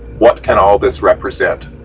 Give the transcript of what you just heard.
what can all this represent,